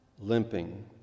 limping